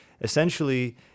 essentially